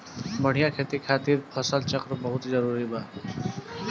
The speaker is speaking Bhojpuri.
बढ़िया खेती खातिर फसल चक्र बहुत जरुरी बा